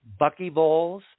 buckyballs